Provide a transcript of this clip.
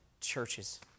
churches